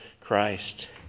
Christ